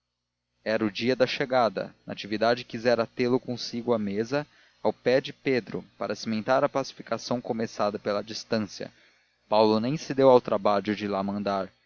era o dia da chegada natividade quisera tê-lo consigo à mesa ao pé de pedro para cimentar a pacificação começada pela distância paulo nem se deu ao trabalho de lá mandar